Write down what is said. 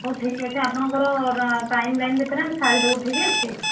ହେଉ ଠିକ୍ ଅଛି ଆପଣଙ୍କର ଟାଇମ୍ ଲାଇନ୍ ଭିତରେ ଆମେ ସାରିଦେବୁ ଠିକ୍ ଅଛି